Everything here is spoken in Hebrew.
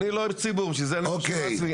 אני לא איש ציבור, בשביל זה אני מרשה לעצמי.